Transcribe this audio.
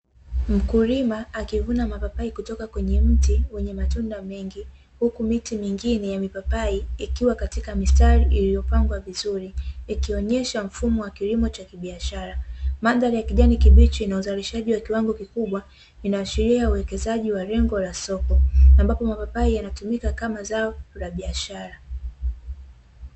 Mkulima akivuna mapapai kutoka kwenye mti wenye matunda mengi, huku miti mingine ya mipapai ikiwa katika mistari iliyopangwa vizuri, ikionyesha mfumo wa kilimo cha kibiashara. Mandhari ya kijani kibichi na uzalishaji wa kiwango kikubwa, inaashiria uwekezaji wa lengo la soko, ambapo mapapai yanatumika kama zao la biashara.